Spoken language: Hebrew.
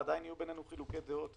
ועדיין יהיו בינינו חילוקי דעות,